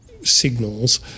signals